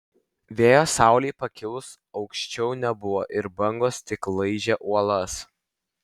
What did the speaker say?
vėjo saulei pakilus aukščiau nebuvo ir bangos tik laižė uolas